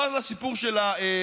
לא על הסיפור של הפריפריה?